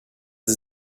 sie